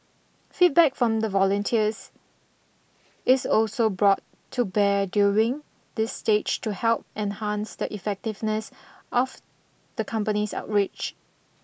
feedback from the volunteers is also brought to bear during this stage to help enhance the effectiveness of the company's outreach